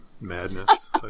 madness